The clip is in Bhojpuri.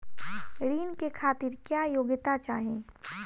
ऋण के खातिर क्या योग्यता चाहीं?